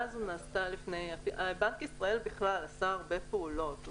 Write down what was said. בנק ישראל עשה הרבה פעולות,